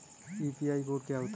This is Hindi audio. यू.पी.आई कोड क्या होता है?